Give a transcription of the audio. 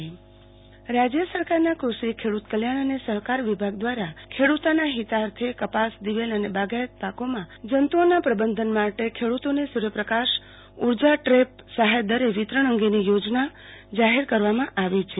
આરતી ભક્ ખેડૂત સહાય રાજ્ય સરકારના કૃષિ ખેડૂત કલ્યાણ અને સહકાર વિભાગ દ્વારા ખેડૂતોના હિતાર્થે કપાસ દિવેલ અને બાગાયત પાકોમાં જંતુઓના પ્રબંધન માટે ખેડૂતોને સૂર્યપ્રકાશ ઉર્જા ટ્રેપ સહાય દરે વિતરણ અંગેની યોજના જાહેર કરવામાં આવી છે